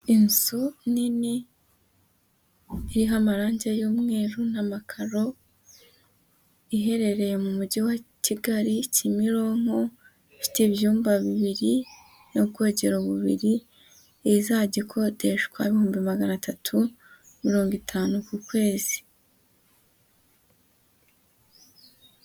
Inzu nini iriho amarange y'umweru n'amakaro, iherereye mu mujyi wa Kigali Kimironko, ifite ibyumba bibiri n'ubwogero bubiri, izajya ikodeshwa ibihumbi magana atatu mirongo itanu ku kwezi.